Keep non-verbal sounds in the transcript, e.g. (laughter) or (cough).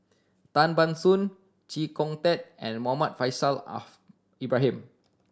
Tan Ban Soon Chee Kong Tet and Muhammad Faishal (unintelligible) Ibrahim